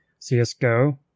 CSGO